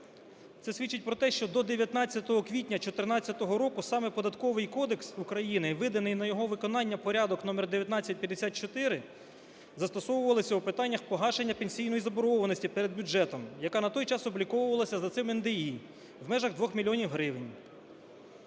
Це свідчить про те, що до 19 квітня 14-го року саме Податковий кодекс України і виданий на його виконання Порядок № 1954 застосувалися у питаннях погашення пенсійної заборгованості перед бюджетом, яка на той час обліковувалася за цим НДІ у межах 2 мільйонів